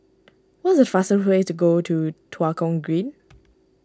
what is the fastest way to go to Tua Kong Green